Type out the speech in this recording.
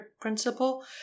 principle